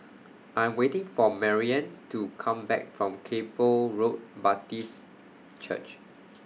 I'm waiting For Maryann to Come Back from Kay Poh Road Baptist Church